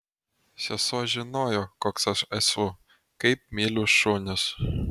sesuo žinojo koks aš esu kaip myliu šunis